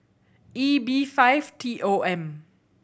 E B five T O M